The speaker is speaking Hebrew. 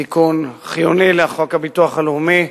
תיקון חיוני לחוק הביטוח הלאומי,